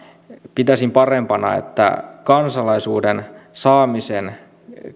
pitäisin parempana että kansalaisuuden saamisen